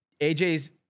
AJ's